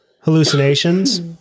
Hallucinations